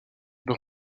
deux